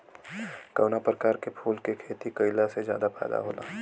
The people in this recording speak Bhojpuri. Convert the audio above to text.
कवना प्रकार के फूल के खेती कइला से ज्यादा फायदा होला?